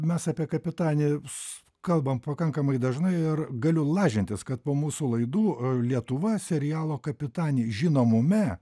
mes apie kapitani kalbam pakankamai dažnai ir galiu lažintis kad po mūsų laidų lietuva serialo kapitani žinomume